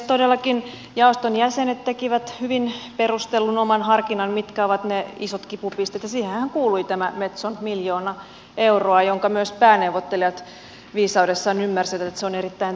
todellakin jaoston jäsenet tekivät hyvin perustellun oman harkinnan mitkä ovat ne isot kipupisteet ja siihenhän kuului metson miljoona euroa ja myös pääneuvottelijat viisaudessaan ymmärsivät että se on erittäin tärkeä kohde